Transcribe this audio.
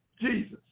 Jesus